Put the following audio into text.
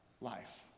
life